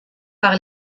par